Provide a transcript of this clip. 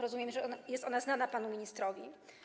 Rozumiem, że jest ona znana panu ministrowi.